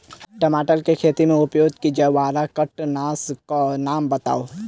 टमाटर केँ खेती मे उपयोग की जायवला कीटनासक कऽ नाम बताऊ?